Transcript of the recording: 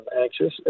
anxious